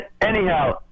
Anyhow